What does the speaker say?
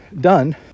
done